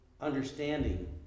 understanding